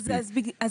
אז אני, יש לי תשובה.